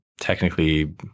technically